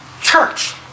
church